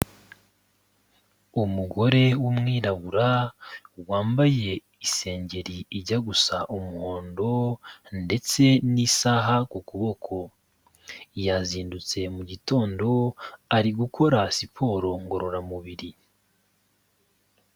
Imugore w'umwirabura wambaye isengeri ijya gusa umuhondo ndetse n'isaha ku kuboko. Yazindutse mu gitondo ari gukora siporo ngororamubiri.